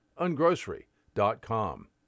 ungrocery.com